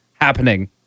happening